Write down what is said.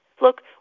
Look